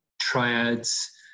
triads